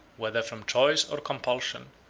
whether from choice or compulsion,